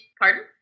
pardon